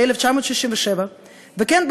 ב-1967 וכן,